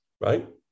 right